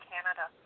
Canada